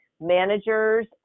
managers